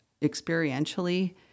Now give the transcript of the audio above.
experientially